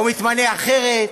או מתמנה אחרת,